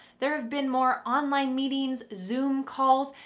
there have been more online meetings, zoom calls,